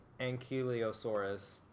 Ankylosaurus